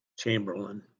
chamberlain